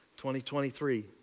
2023